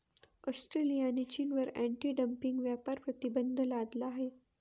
ऑस्ट्रेलियाने चीनवर anti dumping व्यापार प्रतिबंध लादला आहे